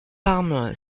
arme